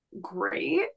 great